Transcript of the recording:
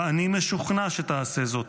ואני משוכנע שתעשה זאת.